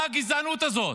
מה הגזענות הזאת?